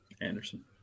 Anderson